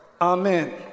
Amen